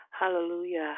Hallelujah